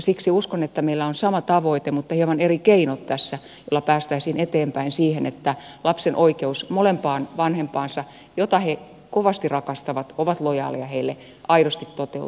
siksi uskon että meillä on sama tavoite mutta hieman eri keinot tässä joilla päästäisiin eteenpäin siihen että lasten oikeus kumpaankin vanhempaan joita molempia he kovasti rakastavat joille he ovat lojaaleja aidosti toteutuisi